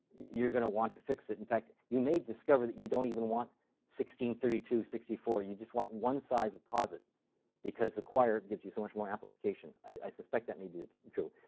you're going to want to fix it. in fact, you may discover that you don't even want sixteen, thirty two, sixty four you just want one size of posit because the quire gives you so much more amplification. i suspect that may be true.